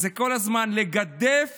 הוא כל הזמן לגדף,